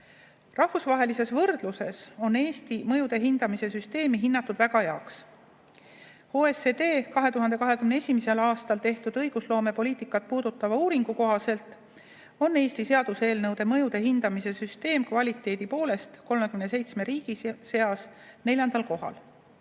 Rahvusvahelises võrdluses on Eesti mõjude hindamise süsteemi hinnatud väga heaks. OECD 2021. aastal tehtud õigusloomepoliitikat puudutava uuringu kohaselt on Eesti seaduseelnõude mõjude hindamise süsteem kvaliteedi poolest 37 riigi seas neljandal kohal.